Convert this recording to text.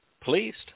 pleased